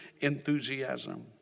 enthusiasm